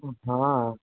हाँ